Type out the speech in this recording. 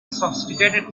sophisticated